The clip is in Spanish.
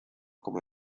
como